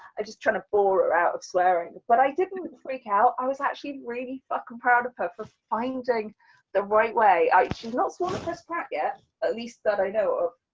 i just trying to bore her out of swearing, but i didn't freak out. i was actually really fucking proud of her for finding the right way, i just, she's not sworn at chris pratt, yet at least that i know of,